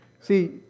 See